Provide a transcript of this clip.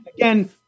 Again